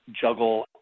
juggle